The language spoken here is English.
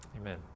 Amen